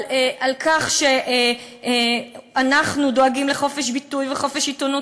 על כך שאנחנו דואגים לחופש ביטוי וחופש עיתונות,